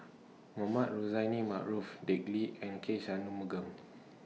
Mohamed Rozani Maarof Dick Lee and K Shanmugam